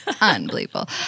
unbelievable